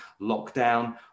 lockdown